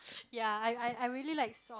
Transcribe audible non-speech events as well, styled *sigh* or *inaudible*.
*noise* ya I I I really like salt